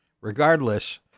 Regardless